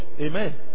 Amen